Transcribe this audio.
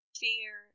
fear